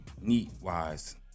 neat-wise